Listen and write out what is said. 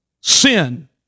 Sin